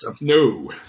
No